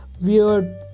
weird